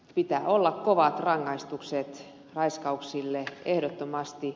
pitää olla kovat rangaistukset raiskauksille ehdottomasti